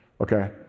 okay